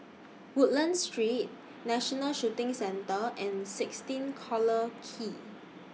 Woodlands Street National Shooting Centre and sixteen Collyer Quay